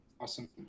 Awesome